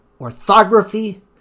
orthography